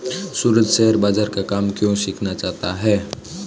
सूरज share बाजार का काम क्यों सीखना चाहता है?